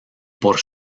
por